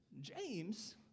James